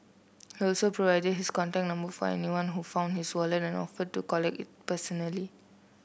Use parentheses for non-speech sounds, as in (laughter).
he also provided his contact number for anyone who found his wallet and offered to (unintelligible) it personally